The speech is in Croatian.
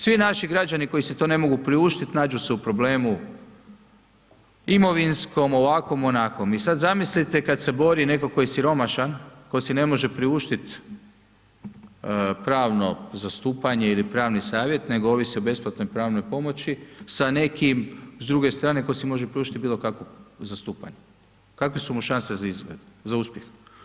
Svi naši građani koji si to ne mogu priuštiti nađu se u problemu imovinskom, ovakvom, onakvom i sada zamislite kada se bori netko tko je siromašan tko si ne može priuštiti pravno zastupanje ili pravni savjet, nego ovisi o besplatnoj pravnoj pomoći sa nekim s druge strane tko si može priuštiti bilo kakvo zastupanje, kakve su mu šanse za izgled, za uspjeh.